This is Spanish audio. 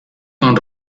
con